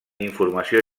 informació